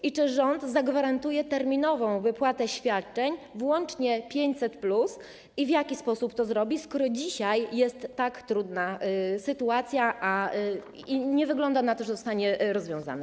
I czy rząd zagwarantuje terminową wypłatę świadczeń włącznie z 500+ i w jaki sposób to zrobi, skoro dzisiaj jest tak trudna sytuacja, a nie wygląda na to, że zostanie rozwiązana?